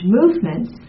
movements